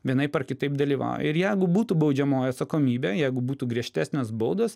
vienaip ar kitaip dalyvauja ir jeigu būtų baudžiamoji atsakomybė jeigu būtų griežtesnės baudos